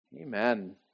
Amen